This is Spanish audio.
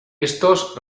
estos